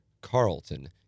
carlton